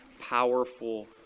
powerful